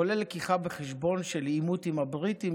כולל לקיחה בחשבון של עימות עם הבריטים,